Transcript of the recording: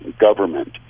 government